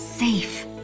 Safe